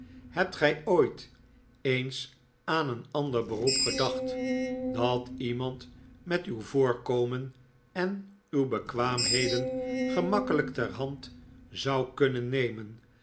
hebt gij nooit eens aan een ander beroep gedacht dat iemand met uw voorkomen en uw bekwaamheden gemakkelijk ter hand zou kunnen nemen